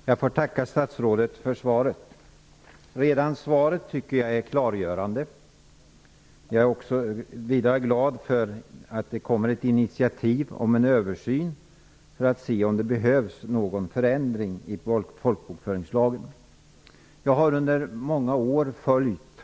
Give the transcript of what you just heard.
Fru talman! Jag tackar statsrådet för svaret. Jag tycker att svaret är klargörande. Vidare är jag glad för att det kommer ett initiativ till en översyn för att se om det finns behov av någon förändring i folkbokföringslagen. Jag har under många år följt